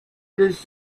produce